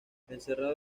encerrado